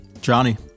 Johnny